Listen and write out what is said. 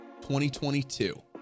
2022